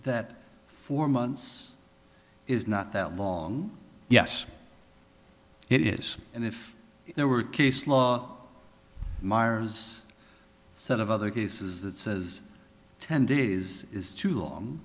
that for months is not that long yes it is and if there were case law myers said of other cases that says ten days is too long